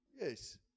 Yes